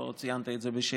לא ציינת את זה בשאלתך,